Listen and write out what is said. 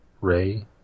Ray